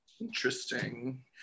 Interesting